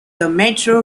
metro